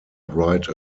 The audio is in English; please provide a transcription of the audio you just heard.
write